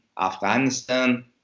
Afghanistan